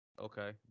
Okay